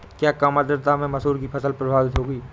क्या कम आर्द्रता से मसूर की फसल प्रभावित होगी?